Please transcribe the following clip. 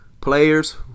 players